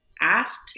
asked